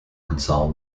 console